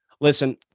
listen